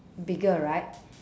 bigger right